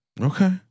Okay